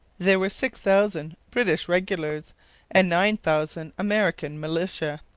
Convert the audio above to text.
there were six thousand british regulars and nine thousand american militia,